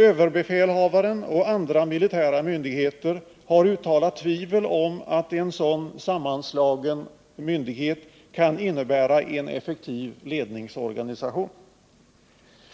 Överbefälhavaren och andra militära myndigheter har uttalat tvivel om att en sådan sammanslagen myndighet kan utgöra en effektiv ledningsorganisation.